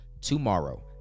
tomorrow